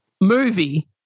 movie